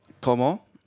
¿cómo